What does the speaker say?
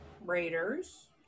Raiders